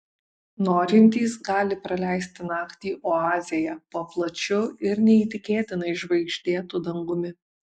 norintys gali praleisti naktį oazėje po plačiu ir neįtikėtinai žvaigždėtu dangumi